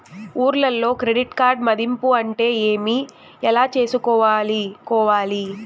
ఊర్లలో క్రెడిట్ మధింపు అంటే ఏమి? ఎలా చేసుకోవాలి కోవాలి?